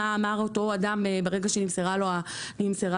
מה אמר אותו אדם ברגע שנמסר לו הדוח,